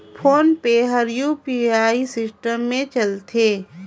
phone पे हर UPI system मे चलथे